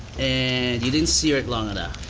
and you didn't sear it long enough.